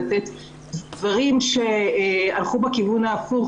לתת דברים שהלכו בכיוון ההפוך